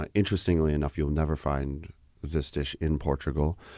ah interestingly enough, you'll never find this dish in portugal.